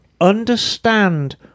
Understand